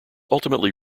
ultimately